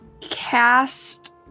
cast